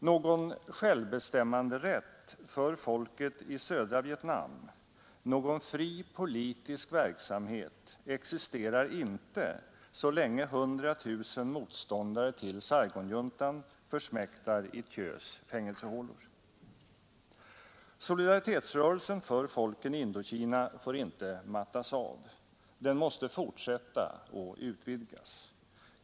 Någon självbestämmanderätt för folket i södra Vietnam, någon fri politisk verksamhet existerar inte så länge hundra tusen motståndare till Saigonjuntan försmäktar i Thieus fängelsehålor. Solidaritetsrörelsen för folken i Indokina får inte mattas av. Den måste fortsätta och utvidgas.